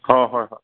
হয় হয় হয়